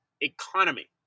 economy